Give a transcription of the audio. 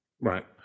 right